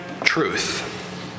truth